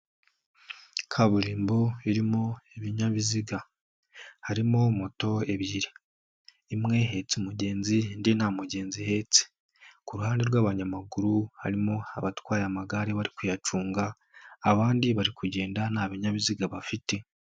Kaburimbo irimo ibinyabiziga harimo moto ebyiri imwe ihetse umugenzi, indi nta mugenzi ihetse ku ruhande rw'abanyamaguru harimo abatwaye amagare bari kuyacunga, abandi bari kugenda nta binyabiziga bafite.